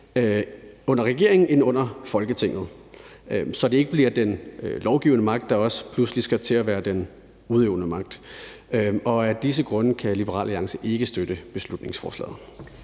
under regeringen end under Folketinget, så den lovgivende magt ikke også pludselig skal til at være den udøvende magt, og af disse grunde kan Liberal Alliance ikke støtte beslutningsforslaget.